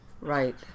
Right